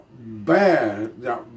bad